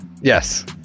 Yes